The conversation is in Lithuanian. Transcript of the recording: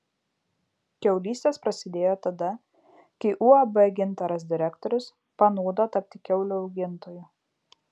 kiaulystės prasidėjo tada kai uab gintaras direktorius panūdo tapti kiaulių augintoju